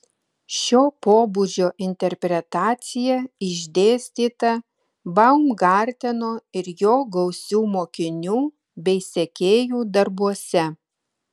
šio pobūdžio interpretacija išdėstyta baumgarteno ir jo gausių mokinių bei sekėjų darbuose